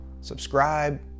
Subscribe